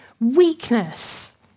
weakness